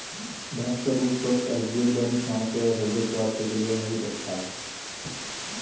भैंस का दूध स्वस्थ हड्डियों, दंत स्वास्थ्य और हृदय स्वास्थ्य के लिए बहुत अच्छा है